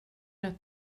det